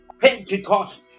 Pentecost